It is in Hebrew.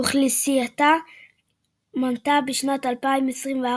אוכלוסייתה מנתה בשנת 2024,